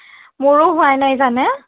মোৰো হোৱাই নাই জানা